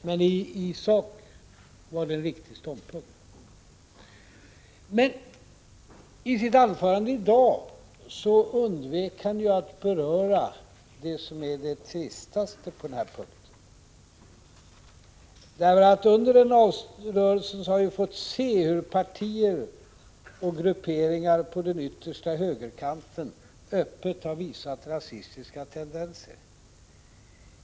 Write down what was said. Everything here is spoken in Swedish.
Men i sak var hans ståndpunkt riktig. I sitt anförande i dag undvek Westerberg dock att beröra det tristaste i det här sammanhanget. Under valrörelsen har vi fått se hur partier och grupperingar på den yttersta högerkanten öppet har visat rasistiska tendenser.